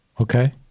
okay